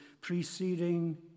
preceding